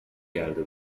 کرده